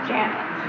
Janet